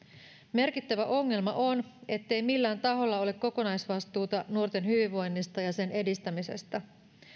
merkittävä ongelma on ettei millään taholla ole kokonaisvastuuta nuorten hyvinvoinnista ja sen edistämisestä